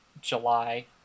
July